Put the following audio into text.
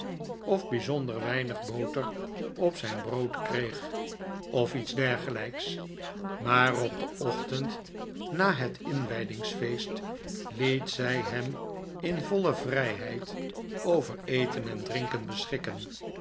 of bijzonder weinig botei op zijn brood kreeg of iets dergelijks maar op den ochtend na het inwijdingsfeest liet zij hem in voile vrijheid over eten en drinken beschikken